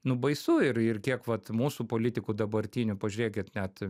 nu baisu ir ir kiek vat mūsų politikų dabartinių pažiūrėkit net